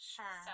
Sure